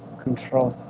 control